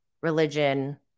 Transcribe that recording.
religion